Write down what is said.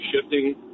shifting